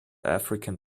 african